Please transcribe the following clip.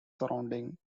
surrounding